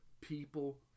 people